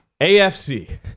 afc